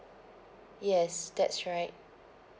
yes that's right